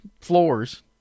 floors